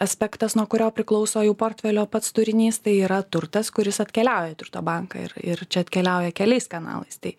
aspektas nuo kurio priklauso jau portfelio pats turinys tai yra turtas kuris atkeliauja į turto banką ir ir čia atkeliauja keliais kanalais tai